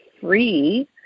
free